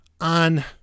on